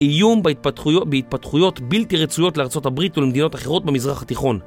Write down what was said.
איום בהתפתחויות בלתי רצויות לארה״ב ולמדינות אחרות במזרח התיכון